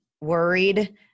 worried